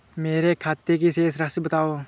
मेरे खाते की शेष राशि बताओ?